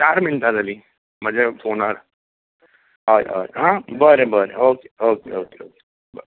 चार मिनटां जालीं म्हज्या फोनार हय हय आं बरें बरें ओके ओके बरें